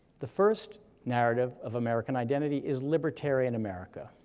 the first narrative of american identity is libertarian america.